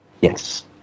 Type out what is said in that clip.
Yes